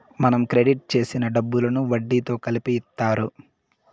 మనం క్రెడిట్ చేసిన డబ్బులను వడ్డీతో కలిపి ఇత్తారు